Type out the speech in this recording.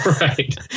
Right